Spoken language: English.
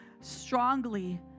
strongly